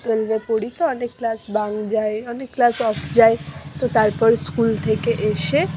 টুয়েলভে পড়ি তো অনেক ক্লাস বাঙ্ক যায় অনেক ক্লাস অফ যায় তো তারপর স্কুল থেকে এসে